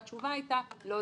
התשובה הייתה לא,